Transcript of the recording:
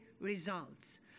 results